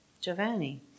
Giovanni